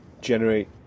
generate